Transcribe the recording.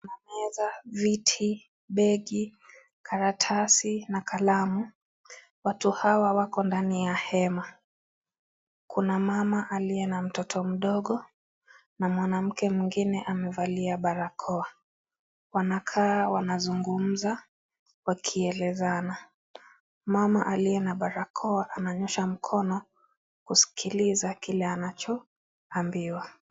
Kuna meza ,viti ,begi, karatasi na kalamu . Watu hawa wako ndani ya hema . Kuna mama aliye na mtoto mdogo , na mwanamke mwingine amevalia barakoa. Wanakaa wanazungumza wakielezana . Mama aliyekaa amenyoosha mkono kuskiliza kile anachoambiwa.